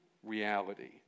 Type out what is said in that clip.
reality